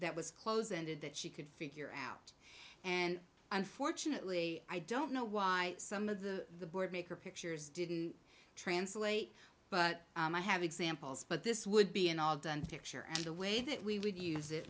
that was close and that she could figure out and unfortunately i don't know why some of the board maker pictures didn't translate but i have examples but this would be an all done picture and the way that we would use it